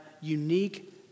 unique